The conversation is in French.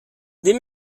des